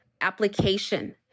application